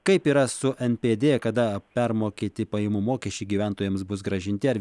kaip yra su npd kada permokėti pajamų mokesčiai gyventojams bus grąžinti ar